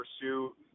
pursue